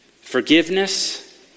Forgiveness